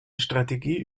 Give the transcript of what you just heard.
strategie